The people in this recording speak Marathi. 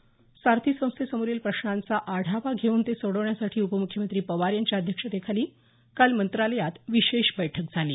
सारथी संस्थेसमोरील प्रश्नांचा आढावा घेऊन ते सोडवण्यासाठी उपमुख्यमंत्री पवार यांच्या अध्यक्षतेखाली काल मंत्रालयात विशेष बैठक झाली